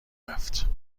رفت